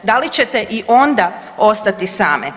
Da li ćete i onda ostati same?